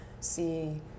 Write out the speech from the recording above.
see